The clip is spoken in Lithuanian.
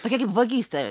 tokia kaip vagystė